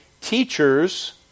teachers